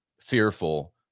fearful